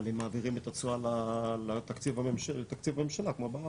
אבל הם מעבירים את התשואה לתקציב הממשלה כמו בארץ.